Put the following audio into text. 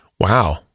Wow